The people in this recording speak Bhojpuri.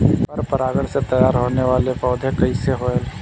पर परागण से तेयार होने वले पौधे कइसे होएल?